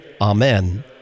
Amen